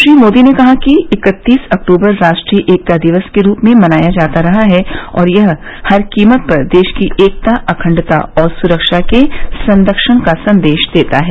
श्री मोदी ने कहा कि इकत्तीस अक्तूबर राष्ट्रीय एकता दिवस के रूप में मनाया जाता रहा है और यह हर कीमत पर देश की एकता अखंडता और सुरक्षा के संरक्षण का संदेश देता है